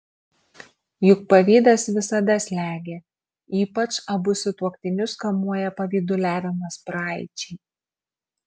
juk pavydas visada slegia ypač abu sutuoktinius kamuoja pavyduliavimas praeičiai